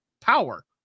power